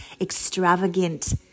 extravagant